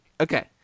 Okay